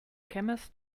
chemist